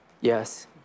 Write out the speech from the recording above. Yes